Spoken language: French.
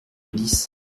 dix